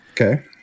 Okay